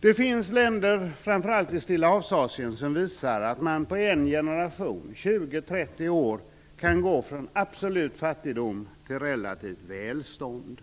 Det finns länder, framför allt i Stillahavsasien, som visar att man på en generation - på 20-30 år - kan gå från absolut fattigdom till relativt välstånd.